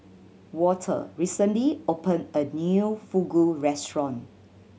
Walter recently opened a new Fugu Restaurant